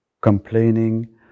Complaining